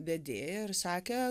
vedėja ir sakė